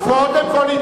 קודם כול,